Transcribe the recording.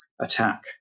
attack